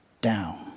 down